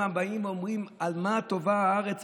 שם באים ואומרים במה טובה הארץ,